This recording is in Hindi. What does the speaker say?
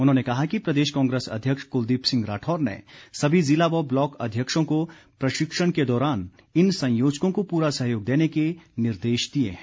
उन्होंने कहा कि प्रदेश कांग्रेस अध्यक्ष कुलदीप सिंह राठौर ने सभी जिला व ब्लॉक अध्यक्षों को प्रशिक्षण के दौरान इन संयोजकों को पूरा सहयोग देने के निर्देश दिए हैं